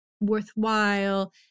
worthwhile